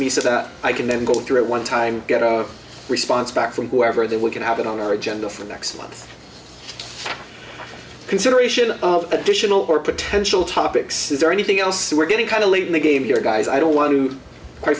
me so that i can then go through it one time get a response back from whoever that we can have it on our agenda for next month consideration of additional or potential topics is there anything else we're getting kind of late in the game here guys i don't want to quite